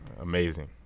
Amazing